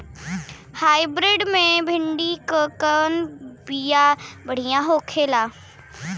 Hybrid मे भिंडी क कवन बिया बढ़ियां होला?